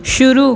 शुरू